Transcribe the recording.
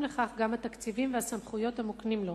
לכך גם התקציבים והסמכויות המוקנים לו.